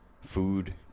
food